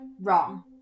wrong